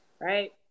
Right